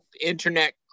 Internet